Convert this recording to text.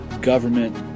government